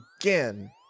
again